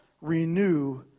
renew